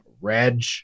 Reg